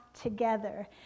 together